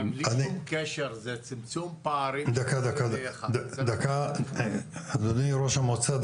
אבל בלי שום קשר זה צמצום פערים --- אדוני ראש המועצה,